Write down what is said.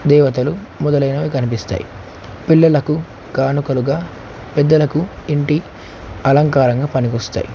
దేవతలు మొదలైనవి కనిపిస్తాయి పిల్లలకు కానుకలగా పెద్దలకు ఇంటి అలంకారంగా పనికొస్తాయి